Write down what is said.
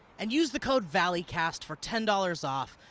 and use the code valleycast for ten dollars off.